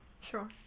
Sure